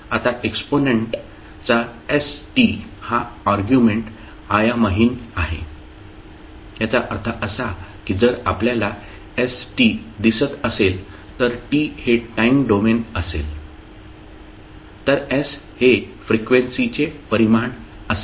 आता एक्स्पोनेंट चा st हा अर्ग्युमेंट आयामहीन आहे याचा अर्थ असा की जर आपल्याला st दिसत असेल तर t हे टाईम डोमेन असेल तर s हे फ्रिक्वेन्सीचे परिमाण असेल